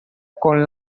con